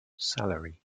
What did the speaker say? salary